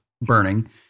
burning